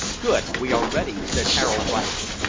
good, we are ready, said harold, rising,